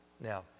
Now